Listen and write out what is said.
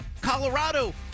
Colorado